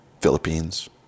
Philippines